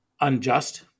unjust